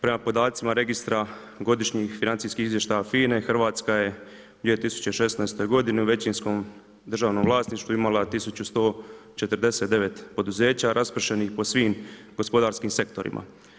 Prema podacima registra godišnjih financijskih izvještaja FINA-e, Hrvatska je u 2016. godini u većinskom državnom vlasništvu imala 1149 poduzeća raspršenih po svim gospodarskim sektorima.